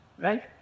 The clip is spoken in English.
right? –